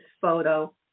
photo